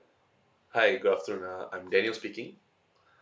hi good afternoon I'm daniel speaking